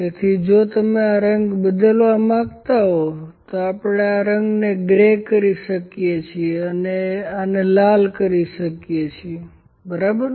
તેથી જો તમે આ રંગ બદલવા માંગતા હો તો આપણે આ રંગને ગ્રે કરી શકીએ છીએ અને આ ને લાલ રંગ કરી શકીએ છીએ બરાબર